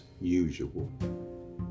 usual